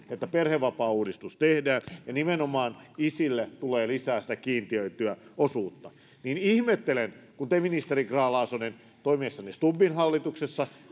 että perhevapaauudistus tehdään ja nimenomaan isille tulee lisää sitä kiintiöityä osuutta ihmettelen kun te edustaja grahn laasonen toimiessanne ministerinä stubbin hallituksessa